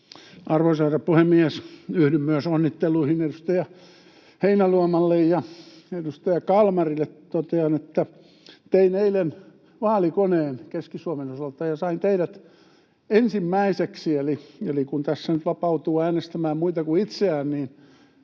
Arvoisa herra puhemies! Minä myös yhdyn onnitteluihin edustaja Heinäluomalle. Edustaja Kalmarille totean, että tein eilen vaalikoneen Keski-Suomen osalta ja sain teidät ensimmäiseksi, eli kun tässä nyt vapautuu äänestämään muita kuin itseään, niin